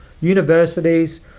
universities